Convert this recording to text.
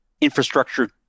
infrastructure